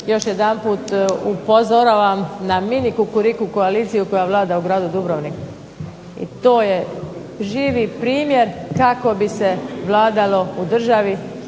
još jedanput upozoravam na mini Kukuriku koaliciju koja vlada u gradu Dubrovniku. I to je živi primjer kako bi se vladalo u državi